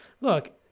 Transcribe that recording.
look